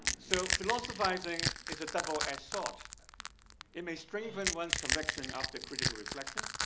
so philosophizing is a double-edged sword. it may strengthen one's conviction after critical reflection,